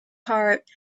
heart